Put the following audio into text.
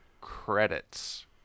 credits